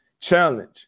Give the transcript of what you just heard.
challenge